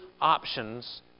options